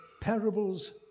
parables